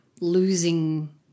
losing